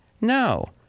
No